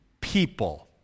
people